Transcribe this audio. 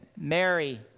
Mary